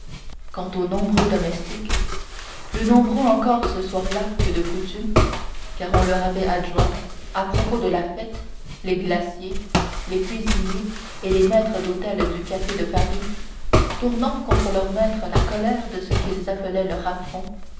quant aux nombreux domestiques plus nombreux encore ce soir-là que de coutume car on leur avait adjoint à propos de la fête les glaciers les cuisiniers et les maîtres d'hôtel du café de paris tournant contre leurs maîtres la colère de ce qu'ils appelaient leur affront